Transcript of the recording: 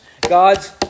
God's